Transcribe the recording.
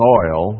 oil